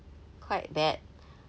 quite bad